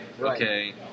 okay